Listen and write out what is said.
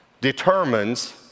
determines